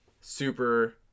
super